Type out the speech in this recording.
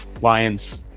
lions